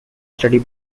study